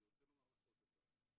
אני רוצה לומר לך עוד דבר.